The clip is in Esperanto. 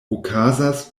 okazas